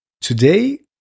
Today